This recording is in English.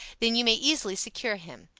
then you may easily secure him.